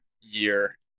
year